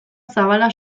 zabala